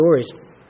stories